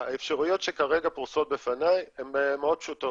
האפשרויות שכרגע פרוסות לפניי הן מאוד פשוטות.